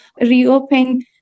reopen